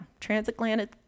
Transatlantic